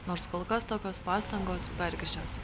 nors kol kas tokios pastangos bergždžios